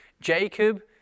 Jacob